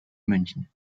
münchen